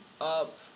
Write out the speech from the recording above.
up